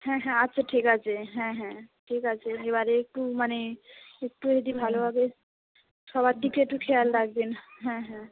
হ্যাঁ হ্যাঁ আচ্ছা ঠিক আছে হ্যাঁ হ্যাঁ ঠিক আছে এবারে একটু মানে একটু যদি ভালোভাবে সবার দিকে একটু খেয়াল রাখবেন হ্যাঁ হ্যাঁ